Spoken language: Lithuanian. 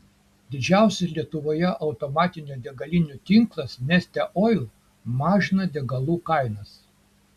didžiausias lietuvoje automatinių degalinių tinklas neste oil mažina degalų kainas